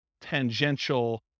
tangential